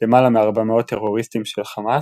למעלה מ-400 טרוריסטים של חמאס,